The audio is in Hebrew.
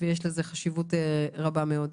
ויש לזה חשיבות רבה מאוד.